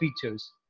features